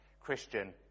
Christian